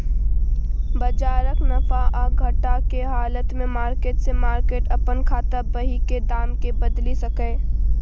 बजारक नफा आ घटा के हालत में मार्केट से मार्केट अपन खाता बही के दाम के बदलि सकैए